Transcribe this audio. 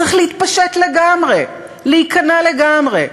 צריך להתפשט לגמרי, להיכנע לגמרי.